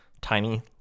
tiny